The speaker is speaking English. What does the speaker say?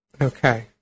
Okay